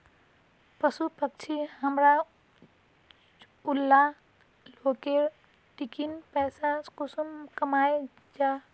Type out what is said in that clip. पशु पक्षी हमरा ऊला लोकेर ठिकिन पैसा कुंसम कमाया जा?